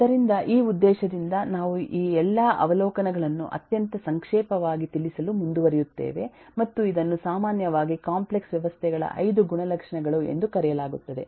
ಆದ್ದರಿಂದ ಈ ಉದ್ದೇಶದಿಂದ ನಾವು ಈ ಎಲ್ಲಾ ಅವಲೋಕನಗಳನ್ನು ಅತ್ಯಂತ ಸಂಕ್ಷೇಪವಾಗಿ ತಿಳಿಸಲು ಮುಂದುವರಿಯುತ್ತೇವೆ ಮತ್ತು ಇದನ್ನು ಸಾಮಾನ್ಯವಾಗಿ ಕಾಂಪ್ಲೆಕ್ಸ್ ವ್ಯವಸ್ಥೆಗಳ 5 ಗುಣಲಕ್ಷಣಗಳು ಎಂದು ಕರೆಯಲಾಗುತ್ತದೆ